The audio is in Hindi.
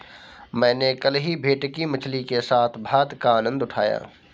मैंने कल ही भेटकी मछली के साथ भात का आनंद उठाया